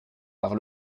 par